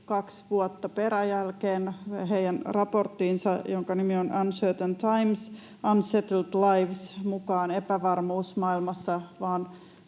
kaksi vuotta peräjälkeen. Heidän raporttinsa, jonka nimi on Uncertain Times, Unsettled Lives, mukaan epävarmuus maailmassa